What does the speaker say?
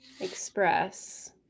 express